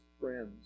friends